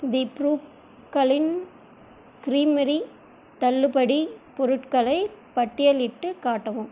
தி Brooklyn creamery தள்ளுபடிப் பொருட்களை பட்டியலிட்டுக் காட்டவும்